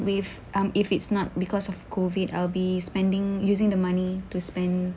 with um if it's not because of COVID I'll be spending using the money to spend